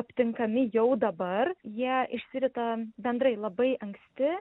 aptinkami jau dabar jie išsirita bendrai labai anksti